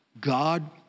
God